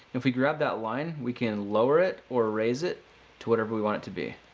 if we grab that line, we can lower it or raise it to whatever we want it to be.